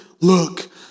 look